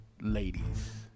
Ladies